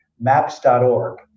maps.org